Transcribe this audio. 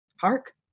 Hark